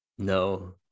No